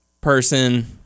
person